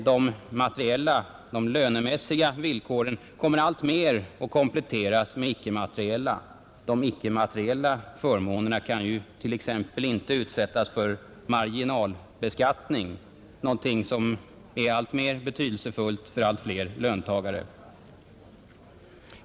De materiella lönemässiga villkoren kommer alltmer att kompletteras med icke-materiella förmåner, som exempelvis inte kan utsättas för marginalbeskattning, någonting som är alltmer betydelsefullt för allt fler löntagare.